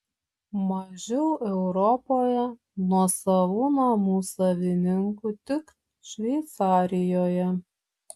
mažiau europoje nuosavų namų savininkų tik šveicarijoje